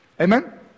Amen